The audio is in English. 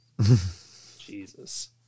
Jesus